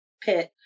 pit